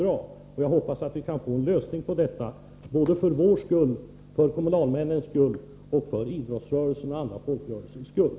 Jag hoppas alltså att vi kan få en lösning på det här problemet — både för vår skull, för kommunalmännens skull och för idrottsrörelsens och andra folkrörelsers skull.